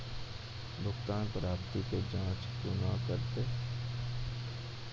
भुगतान प्राप्ति के जाँच कूना करवै?